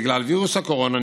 בגלל וירוס הקורונה,